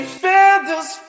feathers